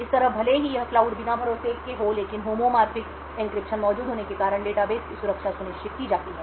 इस तरह भले ही यह क्लाउड बिना भरोसे के हो लेकिन होम्योर्फिक एन्क्रिप्शन मौजूद होने के कारण डेटाबेस की सुरक्षा सुनिश्चित की जाती है